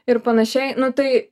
ir panašiai nu tai